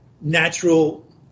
natural